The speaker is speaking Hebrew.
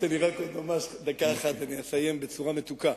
תן לי רק עוד דקה אחת כדי לסיים בצורה מתוקה.